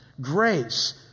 Grace